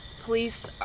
Police